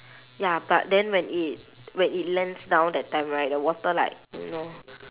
ya but then when it when it lands down that time right the water like you know